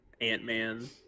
Ant-Man